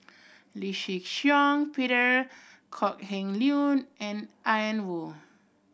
Lee Shih Shiong Peter Kok Heng Leun and Ian Woo